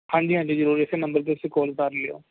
ਹਾਂਜੀ ਹਾਂਜੀ ਜ਼ਰੂਰ ਇਸ ਨੰਬਰ 'ਤੇ ਤੁਸੀਂ ਕਾਲ ਕਰ ਲਿਓ